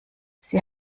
sie